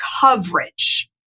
coverage